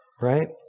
right